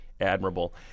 admirable